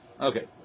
Okay